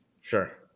Sure